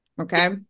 Okay